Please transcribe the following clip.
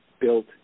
built